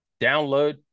Download